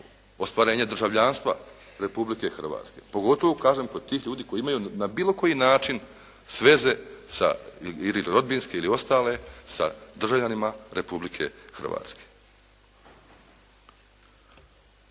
ostvarenje državljanstva Republike Hrvatske, pogotovo kažem kod tih ljudi koji imaju na bilo koji način sveze sa ili rodbinske ili ostale sa državljanima Republike Hrvatske.